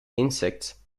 insects